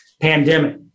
pandemic